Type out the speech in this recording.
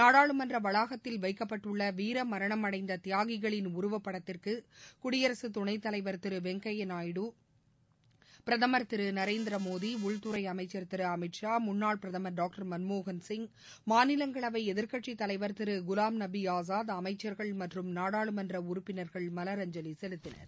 நாடாளுமன்ற வளாகத்தில் வைக்கப்பட்டுள்ள வீரமரணம் அடைந்த தியாகிகளின் உருவப்படத்திற்கு குடியரகத் துணைத் தலைவர் திரு வெங்கையா நாயுடு பிரதமர் திரு நரேந்திர மோடி உள்துறை அமைச்சர் திரு அமித் ஷா முன்னாள் பிரதமர் டாக்டர் மன்மோகன் சிவ் மாநிலங்களவை எதிர்க்கட்சித் தலைவர் திரு குலாம் நபி ஆசாத் அமைச்சர்கள் மற்றும் நாடாளுமன்ற உறுப்பினர்கள் மலரஞ்சலி செலுத்தினர்